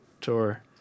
tour